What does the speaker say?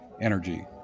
energy